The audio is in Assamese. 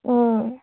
অঁ